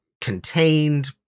contained